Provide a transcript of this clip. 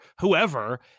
whoever